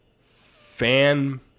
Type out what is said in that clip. fan